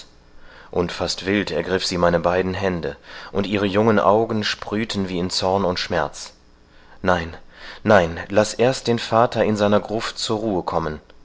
und fast wild ergriff sie meine beiden hände und ihre jungen augen sprühten wie in zorn und schmerz nein nein laß erst den vater in seiner gruft zur ruhe kommen